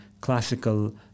classical